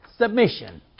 submission